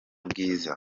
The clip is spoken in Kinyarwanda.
bwiza